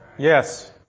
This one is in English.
Yes